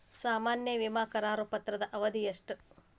ಸಾಮಾನ್ಯ ವಿಮಾ ಕರಾರು ಪತ್ರದ ಅವಧಿ ಎಷ್ಟ?